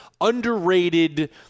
underrated